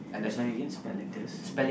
sorry again spell letters